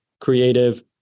creative